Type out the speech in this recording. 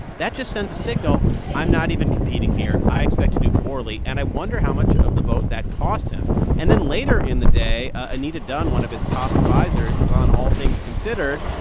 that just sends a signal i'm not even competing here. i expect to do poorly. and i wonder how much of the vote that cost him and then later in the day, anita dunn, one of his top advisers, is on all things considered.